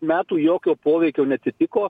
metų jokio poveikio neatitiko